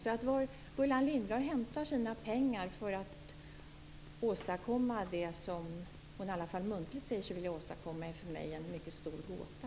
Var Gullan Lindblad hämtar de pengar hon behöver för att åstadkomma det hon i alla fall säger sig vilja åstadkomma är för mig en mycket stor gåta.